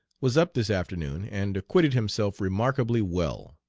was up this afternoon and acquitted himself remarkably well.